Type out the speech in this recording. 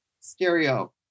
Stereo